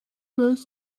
less